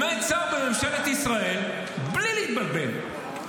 עומד שר בממשלת ישראל, בלי להתבלבל,